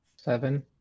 seven